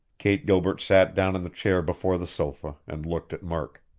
kate gilbert sat down in the chair before the sofa, and looked at murk.